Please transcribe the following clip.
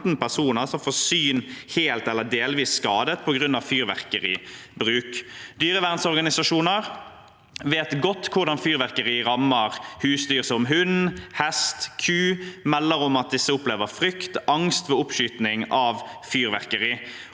15 personer som får synet helt eller delvis skadet på grunn av fyrverkeribruk. Dyrevernorganisasjoner vet godt hvordan fyrverkeri rammer husdyr som hund, hest og ku. De melder om at disse opplever frykt og angst ved oppskyting av fyrverkeri,